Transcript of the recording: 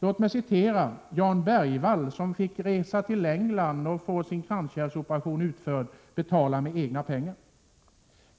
Låt mig berätta om Jan Bergvall, som fick resa till 87 Prot. 1987/88:117 England för att få sin kranskärlsoperation utförd och blev tvungen att betala det hela med egna pengar.